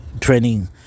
training